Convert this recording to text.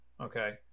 Okay